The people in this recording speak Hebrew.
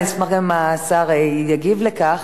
אני אשמח אם השר יגיב על כך.